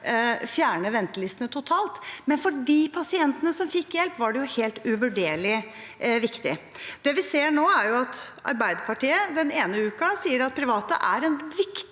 fjerne ventelistene totalt, men for de pasientene som fikk hjelp, var det helt uvurderlig viktig. Det vi ser nå, er at Arbeiderpartiet den ene uken sier at private er en viktig